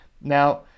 Now